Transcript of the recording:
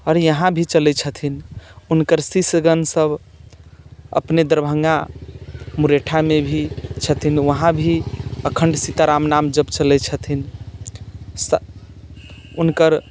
आओर यहाँ भी चलैत छथिन हुनकर शिष्यगणसभ अपने दरभंगा मुरैठामे भी छथिन वहाँ भी अखण्ड सीताराम नाम जप चलैत छथिन हुनकर